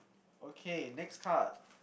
okay next card